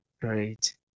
Great